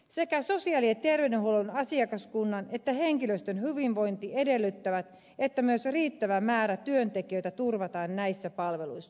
sekä sosiaali ja terveydenhuollon asiakaskunnan että henkilöstön hyvinvointi edellyttävät että myös riittävä määrä työntekijöitä turvataan näissä palveluissa